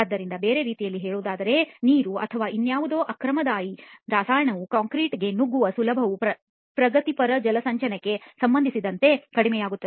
ಆದ್ದರಿಂದ ಬೇರೆ ರೀತಿಯಲ್ಲಿ ಹೇಳುವುದಾದರೆ ನೀರು ಅಥವಾ ಇನ್ನಾವುದೇ ಆಕ್ರಮಣಕಾರಿ ರಾಸಾಯನಿಕವು ಕಾಂಕ್ರೀಟ್ ಗೆ ನುಗ್ಗುವ ಸುಲಭವು ಪ್ರಗತಿಪರ ಜಲಸಂಚಯನಕ್ಕೆ ಸಂಬಂಧಿಸಿದಂತೆ ಕಡಿಮೆಯಾಗುತ್ತದೆ